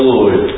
Lord